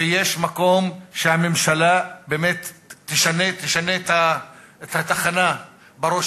ויש מקום שהממשלה באמת תשנה את התחנה בראש